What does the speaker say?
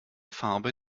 farbe